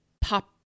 pop